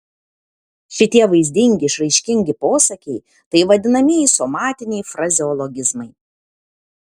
šitie vaizdingi išraiškingi posakiai tai vadinamieji somatiniai frazeologizmai